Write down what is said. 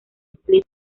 split